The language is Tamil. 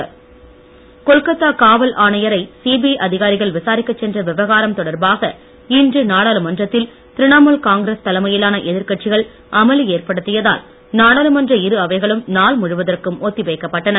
கொல்கத்தா நாடாளுமன்றம் கொல்கத்தா காவல் ஆணையரை சிபிஐ அதிகாரிகள் விசாரிக்கச் சென்ற விவகாரம் தொடர்பாக இன்று நாடாளுமன்றத்தில் திரிணமுல் காங்கிரஸ் தலைமையிலான எதிர்கட்சிகள் அமளி ஏற்படுத்தியதால் நாடாளுமன்ற இரு அவைகளும் நாள் முழுவதற்கும் ஒத்தி வைக்கப்பட்டன